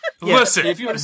Listen